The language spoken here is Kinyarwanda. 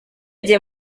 igihe